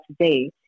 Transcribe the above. today